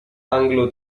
anglo